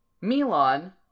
Milan